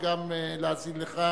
להאזין לך.